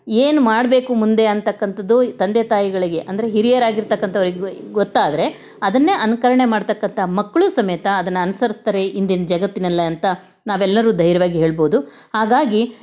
ಏನ್ ಮಾಡಬೇಕು ಮುಂದೆ ಅಂತಕ್ಕಂಥದ್ದು ತಂದೆ ತಾಯಿಗಳಿಗೆ ಅಂದರೆ ಹಿರಿಯರಾಗಿರ್ತಕ್ಕಂಥವ್ರಿಗೆ ಗ್ ಗೊತ್ತಾದರೆ ಅದನ್ನೇ ಅನುಕರ್ಣೆ ಮಾಡತಕ್ಕಂಥ ಮಕ್ಕಳೂ ಸಮೇತ ಅದನ್ನು ಅನುಸರ್ಸ್ತಾರೆ ಇಂದಿನ ಜಗತ್ತಿನಲ್ಲಿ ಅಂತ ನಾವೆಲ್ಲರೂ ಧೈರ್ಯವಾಗಿ ಹೇಳ್ಬೋದು ಹಾಗಾಗಿ